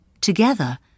Together